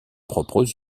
propres